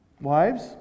Wives